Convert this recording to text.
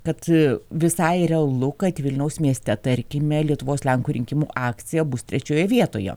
kad visai realu kad vilniaus mieste tarkime lietuvos lenkų rinkimų akcija bus trečioje vietoje